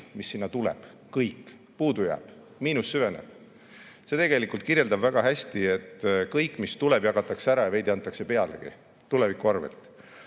mis sinna tuleb, kõik, puudu jääb, miinus süveneb. See tegelikult kirjeldab väga hästi seda, et kõik, mis tuleb, jagatakse ära ja veidi antakse pealegi tuleviku arvelt.